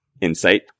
insight